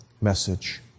message